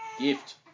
gift